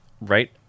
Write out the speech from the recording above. right